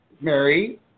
Mary